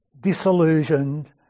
disillusioned